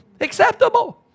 acceptable